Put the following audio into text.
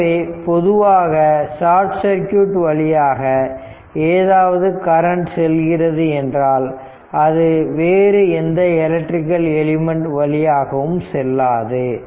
ஆகவே பொதுவாக short circuit வழியாக ஏதாவது கரண்ட் செல்கிறது என்றால் அது வேறு எந்த எலக்ட்ரிக்கல் எலிமெண்ட் வழியாகவும் செல்லாது